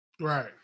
right